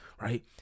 right